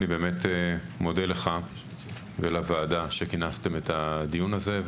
אני מודה לך ולוועדה שכינסתם את הדיון הזה,